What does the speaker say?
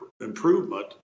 improvement